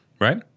Right